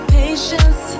patience